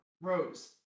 Rose